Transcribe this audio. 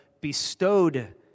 bestowed